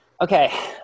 Okay